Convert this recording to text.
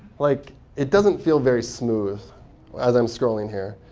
like it doesn't feel very smooth as i'm scrolling here.